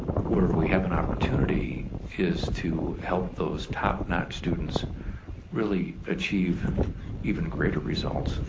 where we have an opportunity is to help those top-notch students really achieve even greater results.